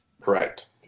correct